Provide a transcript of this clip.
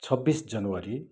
छब्बिस जनवरी